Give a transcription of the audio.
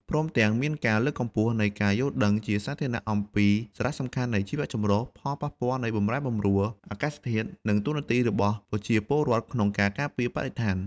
ព្រមទាំងមានការលើកកម្ពស់នៃការយល់ដឹងជាសាធារណៈអំពីសារៈសំខាន់នៃជីវចម្រុះ ផលប៉ះពាល់នៃបម្រែបម្រួលអាកាសធាតុ និងតួនាទីរបស់ប្រជាពលរដ្ឋក្នុងការការពារបរិស្ថាន។